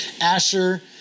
Asher